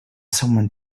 someone